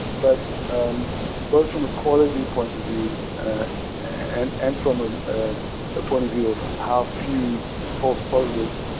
but both from a quality point of view and and from and a point of view of how few false positives,